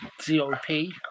GOP